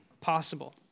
possible